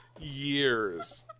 years